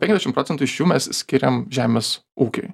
penkiasdešim procentų iš jų mes skiriam žemės ūkiui